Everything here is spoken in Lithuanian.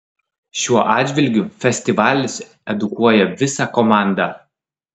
šiuo atžvilgiu festivalis edukuoja visą komandą